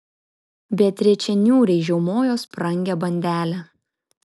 beatričė niūriai žiaumojo sprangią bandelę